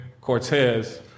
Cortez